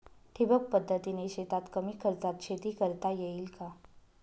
ठिबक पद्धतीने शेतात कमी खर्चात शेती करता येईल का?